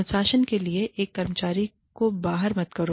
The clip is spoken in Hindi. अनुशासन के लिए एक कर्मचारी को बाहर मत करो